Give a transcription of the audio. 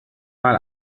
mal